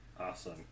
Awesome